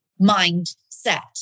mindset